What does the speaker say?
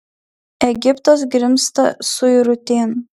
egiptas grimzta suirutėn